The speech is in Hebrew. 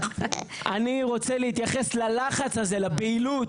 אני רוצה להתייחס ללחץ הזה, לבהילות.